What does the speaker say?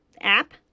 app